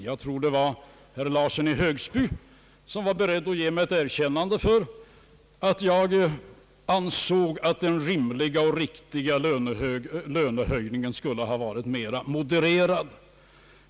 Jag tror det var herr Nils Theodor Larsson som var beredd att ge mig ett erkännande för att jag ansåg att den rimliga och riktiga lönehöjningen skulle ha varit mera modererad.